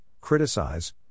criticize